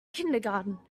kindergarten